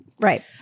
Right